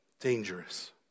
Dangerous